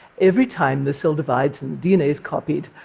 every time the cell divides and the dna is copied,